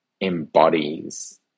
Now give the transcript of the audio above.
embodies